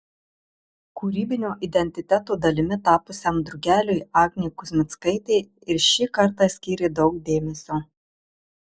kūrybinio identiteto dalimi tapusiam drugeliui agnė kuzmickaitė ir šį kartą skyrė daug dėmesio